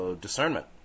discernment